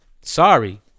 sorry